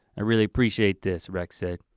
i really appreciate this rex said.